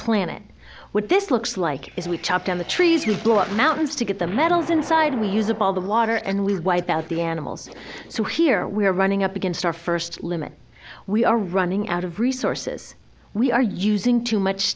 planet what this looks like is we chop down the trees we blow up mountains to get the metals inside we use of all the water and we wipe out the animals so here we are running up against our first limit we are running out of resources we are using too much